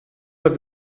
was